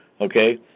okay